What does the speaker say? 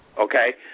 okay